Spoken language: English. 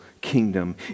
kingdom